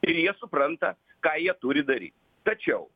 ir jie supranta ką jie turi dary tačiau